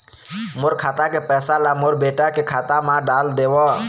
मोर खाता के पैसा ला मोर बेटा के खाता मा डाल देव?